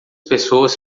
pessoas